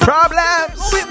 Problems